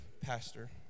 Pastor